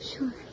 Sure